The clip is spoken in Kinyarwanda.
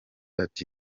ati